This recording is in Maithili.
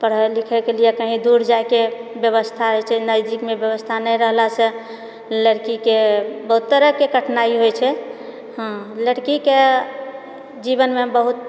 पढ़ए लिखए केलिए कही दूर जाएके व्यवस्था जेछै नजदीकमे व्यवस्था नहि रहलासँ लड़कीके बहुत तरहकेँ कठिनाइ होइत छै हँ लड़कीके जीवनमे बहुत